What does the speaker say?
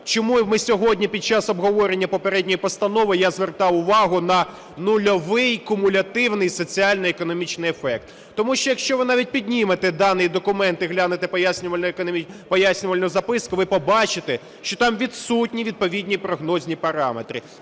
Чому ми сьогодні, під час обговорення попередньої постанови, я звертав увагу на нульовий кумулятивний соціально-економічний ефект. Тому що, якщо ви навіть піднімете даний документ і глянете пояснювальну записку, ви побачите, що там відсутні відповідні прогнозні параметри.